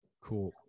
Cool